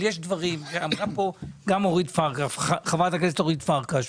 אמרה כאן גם חברת הכנסת אורית פרקש.